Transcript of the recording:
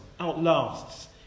outlasts